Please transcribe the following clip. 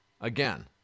again